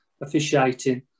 officiating